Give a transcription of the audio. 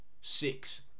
six